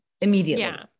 immediately